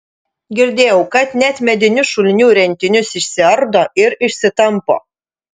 girdėjau kad net medinius šulinių rentinius išsiardo ir išsitampo